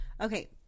Okay